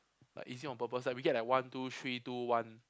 like is it on purpose like we get the one two three two one